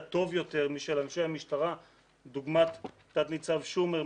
טוב יותר משל אנשי המשטרה דוגמת תת ניצב שומר,